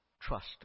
trust